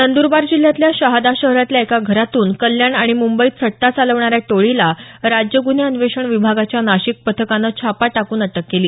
नंदरबार जिल्ह्यातल्या शहादा शहरातल्या एका घरातून कल्याण आणि मुबंईत सट्टा चालवणाऱ्या टोळीला राज्य ग़न्हे अन्वेषण विभागाच्या नाशिक पथकानं छापा टाकून अटक केली